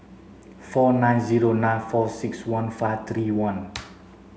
four nine zero nine four six one five three one